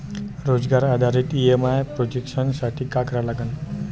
रोजगार आधारित EMI projection साठी का करा लागन?